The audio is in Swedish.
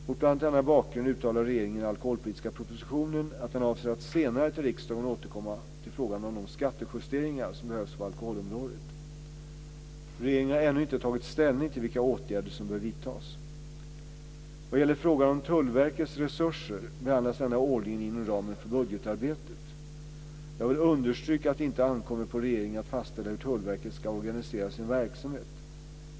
Mot bl.a. denna bakgrund uttalade regeringen i den alkoholpolitiska propositionen att den avser att senare till riksdagen återkomma till frågan om de skattejusteringar som behövs på alkoholområdet. Regeringen har ännu inte tagit ställning till vilka åtgärder som bör vidtas. Vad gäller frågan om Tullverkets resurser behandlas denna årligen inom ramen för budgetarbetet. Jag vill understryka att det inte ankommer på regeringen att fastställa hur Tullverket ska organisera sin verksamhet.